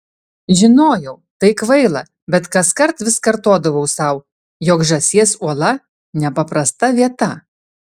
žinojau tai kvaila bet kaskart vis kartodavau sau jog žąsies uola nepaprasta vieta